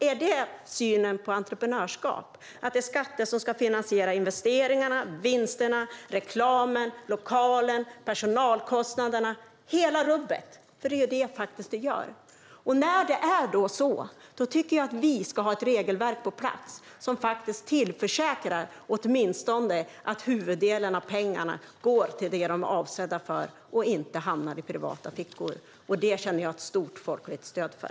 Är det synen på entreprenörskap, att det är skatter som ska finansiera investeringarna, vinsterna, reklamen, lokalen och personalkostnaderna - hela rubbet? De gör faktiskt det. När det är på det sättet tycker jag att vi ska ha ett regelverk på plats som tillförsäkrar att åtminstone huvuddelen av pengarna går till det de är avsedda för och att de inte hamnar i privata fickor. Det känner jag ett stort folkligt stöd för.